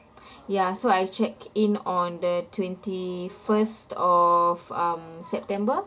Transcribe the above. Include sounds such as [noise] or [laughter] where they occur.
[breath] ya so I checked in on the twenty first of um september